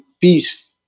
peace